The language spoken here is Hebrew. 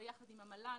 ביחד עם המל"ן,